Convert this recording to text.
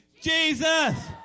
Jesus